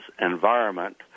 Environment